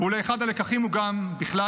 אולי אחד הלקחים הוא גם בכלל,